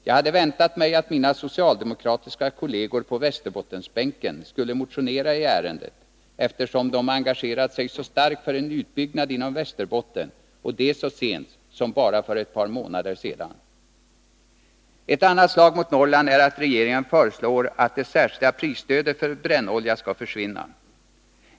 Jag hade väntat mig att mina socialdemokratiska kolleger på Västerbottensbänken skulle motionera i ärendet, eftersom de engagerat sig så starkt för en utbyggnad inom Västerbotten och det så sent som för bara ett par månader sedan. Ett annat slag mot Norrland är att regeringen föreslår att det särskilda prisstödet för brännolja skall försvinna.